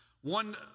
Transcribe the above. One